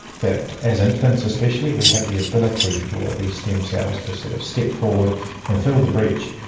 that as infants especially we have the ability for these stem cells to sort of step forward and fill the breach.